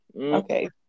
Okay